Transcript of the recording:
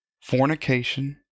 fornication